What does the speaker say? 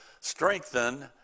strengthen